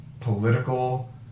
political